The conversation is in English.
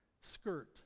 skirt